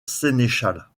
sénéchal